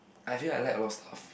I feel like I like a lot of stuff